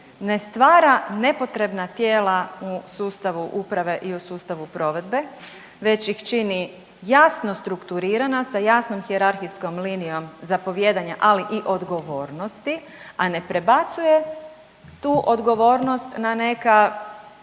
ne stvara nepotrebna tijela u sustavu uprave i u sustavu provedbe već ih čini jasno strukturirana sa jasnom hijerarhijskom linijom zapovijedanja ali i odgovornosti, a ne prebacuje tu odgovornost na neka